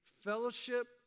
fellowship